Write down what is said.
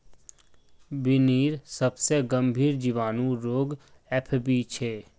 बिर्निर सबसे गंभीर जीवाणु रोग एफ.बी छे